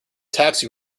taxi